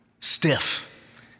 stiff